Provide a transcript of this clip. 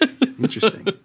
Interesting